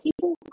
people